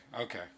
okay